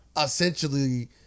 essentially